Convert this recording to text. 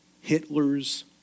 Hitler's